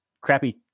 crappy